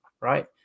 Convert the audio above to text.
right